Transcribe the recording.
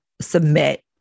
submit